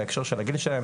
בהקשר של הגיל שלהם,